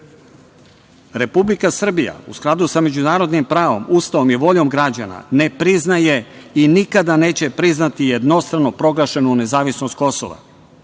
idemo. Republika Srbija u skladu sa međunarodnim pravom, Ustavom i voljom građana ne priznaje i nikada neće priznati jednostrano proglašenu nezavisnost Kosova.